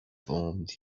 formed